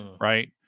right